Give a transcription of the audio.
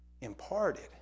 Imparted